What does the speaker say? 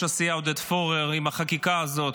הסיעה עודד פורר על החקיקה הזאת.